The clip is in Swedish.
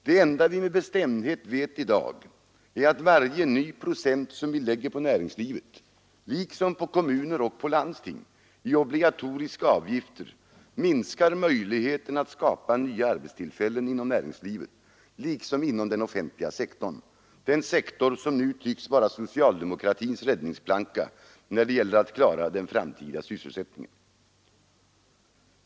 Det enda vi med bestämdhet vet i dag är att varje ny procent i obligatoriska avgifter som vi lägger på näringslivet — liksom på kommuner och landsting — minskar möjligheterna att skapa nya arbetstillfällen inom näringslivet liksom inom den offentliga sektorn, den sektor som nu tycks vara socialdemokratins räddningsplanka när det gäller att klara den framtida sysselsättningen.